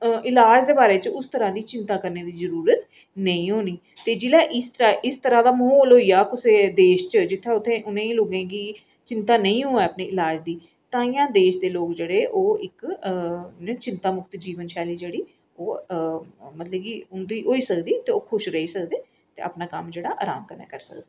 इलाज दे बारे च उस तरह् दी चिंता करने दी जरूरत नेईं होनी ते जिसलै इस तरह् दा माहौल होई ते देश च जित्थै इ'नें लोकें गी चिंता नेईं होए अपने इलाज दी ताहियैं देश दे लोक इक चिंता मुक्त जीवन शैली जेह्ड़ी ओह् मतलब कि उं'दी होई सकदी खुश रेही सकदे ते अपना कम्म जेह्ड़ा आराम कन्नै करी सकदे